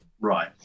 Right